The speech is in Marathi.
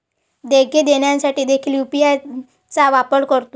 देयके देण्यासाठी देखील यू.पी.आय चा वापर करतो